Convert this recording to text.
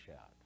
out